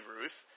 Ruth